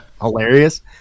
hilarious